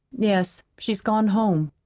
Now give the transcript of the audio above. yes, she's gone home.